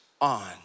on